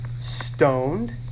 stoned